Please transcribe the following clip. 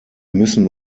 müssen